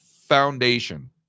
foundation